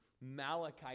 Malachi